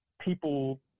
people